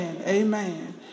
Amen